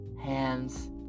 Hands